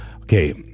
Okay